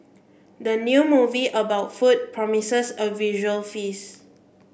the new movie about food promises a visual feast